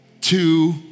two